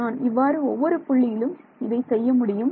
நான் இவ்வாறு ஒவ்வொரு புள்ளியிலும் இதை செய்ய முடியும்